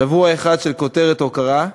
שבוע אחד של כותרת הוקרה,